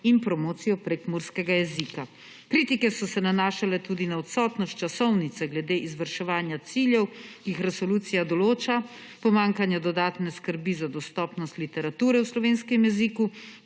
in promocijo prekmurskega jezika. Kritike so se nanašale tudi na odsotnost časovnice glede izvrševanja ciljev, ki jih resolucija določa, pomanjkanje dodatne skrbe za dostopnost literature v slovenskem jeziku,